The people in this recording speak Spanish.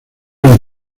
eran